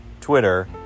Twitter